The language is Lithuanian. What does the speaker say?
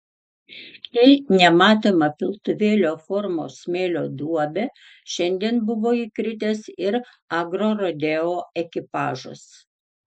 į nematomą piltuvėlio formos smėlio duobę šiandien buvo įkritęs ir agrorodeo ekipažas